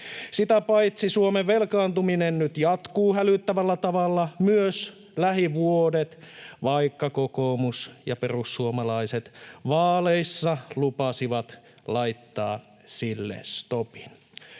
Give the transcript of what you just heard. Sitä paitsi Suomen velkaantuminen nyt jatkuu hälyttävällä tavalla myös lähivuodet, vaikka kokoomus ja perussuomalaiset vaaleissa lupasivat laittaa sille stopin.